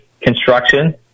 Construction